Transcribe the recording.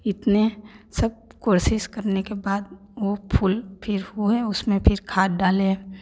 इतने सब कोशिश करने के बाद वो फूल फिर हुए उसमें फिर खाद डाले